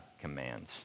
commands